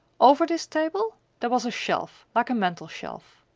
over this table, there was a shelf, like a mantel shelf.